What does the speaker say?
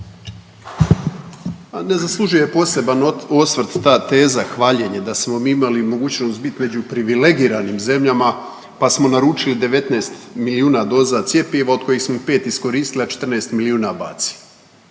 ne zaslužuje poseban osvrt ta teza hvaljenje da smo mi imali mogućnost bit među privilegiranim zemljama pa smo naručili 19 milijuna doza cjepiva od kojih smo 5 iskoristili, a 14 milijuna bacili.